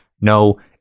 No